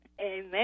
Amen